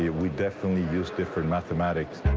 yeah we definitely use different mathematics.